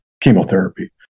chemotherapy